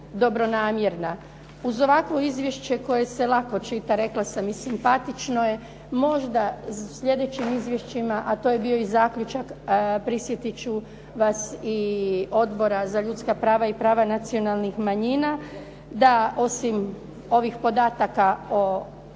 dobronamjerna. Uz ovako izvješće koje se lako čita rekla sam i simpatično je, možda u sljedećim izvješćima, a to je bio i zaključak, prisjetit ću vas i Odbora za ljudska prava i prava nacionalnih manjina da osim ovih podataka o odobrenim,